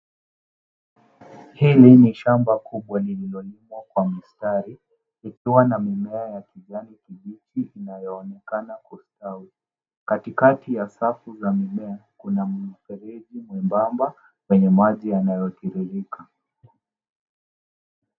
Hili ni shamba kubwa lililolimwa ka mstari likiwa na mimea ya kijani kibichi inayoonekana kustawi. Katikati ya safu za mimea kuna mfereji mwembamba kwenye maji yanayotiririka.